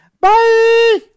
bye